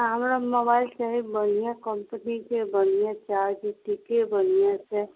आ हमरा मोबाइल चाही बढ़िआँ कम्पनीके बढ़िआँ चार्ज टिकय बढ़िआँसँ